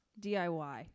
DIY